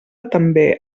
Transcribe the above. també